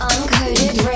Uncoded